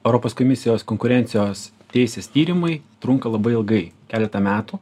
europos komisijos konkurencijos teisės tyrimai trunka labai ilgai keletą metų